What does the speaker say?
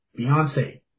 Beyonce